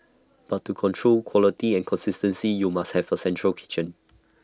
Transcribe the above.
but to control quality and consistency you must have A central kitchen